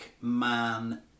Man